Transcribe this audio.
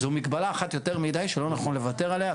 זו מגבלה אחת יותר מידי שלא נכון לוותר עליה.